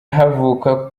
havuka